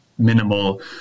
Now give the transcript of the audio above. minimal